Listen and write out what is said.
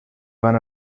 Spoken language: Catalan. van